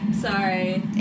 Sorry